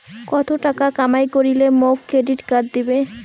কত টাকা কামাই করিলে মোক ক্রেডিট কার্ড দিবে?